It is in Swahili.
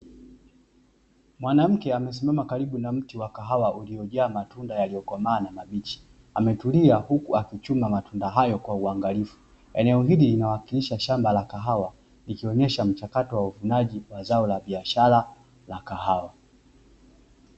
Mwanamke amesimama karibu na mti wa kahawa uliyojaa matunda yaliyokomaa na mabichi, ametulia huku akichuma matunda hayo kwa uangalifu. Eneo hili linawakilisha shamba la kahawa, ikionyesha mchakato wa uvunaji wa zao la biashara la kahawa.